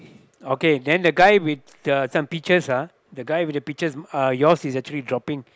okay then the guy with the some pictures ah the guy with the pictures uh yours is actually dropping